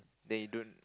then you don't